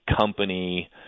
company